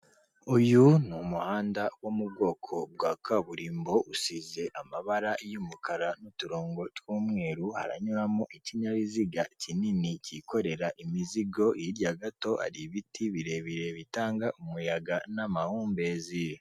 Uyu ni umuhanda wo mu bwoko bwa kaburimbo, usize amabara y'umukara n'uturongo tw'umweru, haranyuramo ikinyabiziga kinini cyikorera imizigo, hirya gato hari ibiti birebire bitanga umuyaga n'amahumbezi.